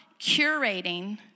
curating